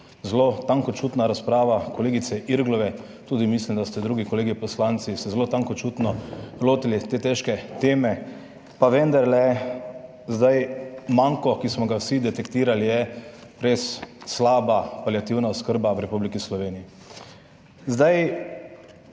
zelo tankočutna razprava kolegice Irgl, mislim, da ste se tudi drugi kolegi poslanci zelo tankočutno lotili te težke teme, pa vendarle, manko, ki smo ga vsi detektirali, je res slaba paliativna oskrba v Republiki Sloveniji.